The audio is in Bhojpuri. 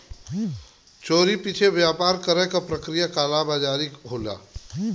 चोरी छिपे व्यापार करे क प्रक्रिया कालाबाज़ारी होला